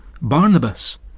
Barnabas